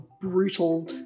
brutal